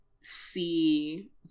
see